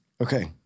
Okay